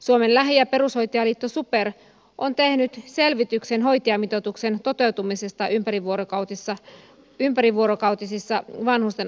suomen lähi ja perushoitajaliitto super on tehnyt selvityksen hoitajamitoituksen toteutumisesta ympärivuorokautisissa vanhusten asumispalveluissa